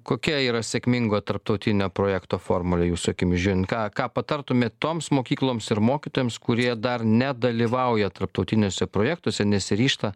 kokia yra sėkmingo tarptautinio projekto formulė jūsų akimis žiūrint ką ką patartumėt toms mokykloms ir mokytojams kurie dar nedalyvauja tarptautiniuose projektuose nesiryžta